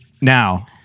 now